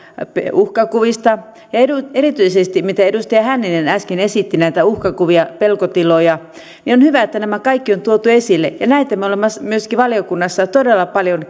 uhkakuvista ja erityisesti kun edustaja hänninen äsken esitti näitä uhkakuvia pelkotiloja niin on hyvä että nämä kaikki on tuotu esille ja me olemme myöskin valiokunnassa todella paljon